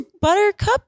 buttercup